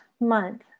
month